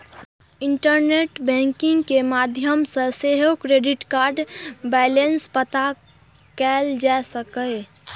internet banking के माध्यम सं सेहो क्रेडिट कार्डक बैलेंस पता कैल जा सकैए